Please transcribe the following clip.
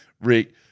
Rick